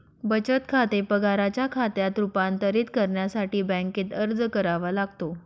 बचत खाते पगाराच्या खात्यात रूपांतरित करण्यासाठी बँकेत अर्ज करावा लागतो